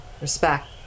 Respect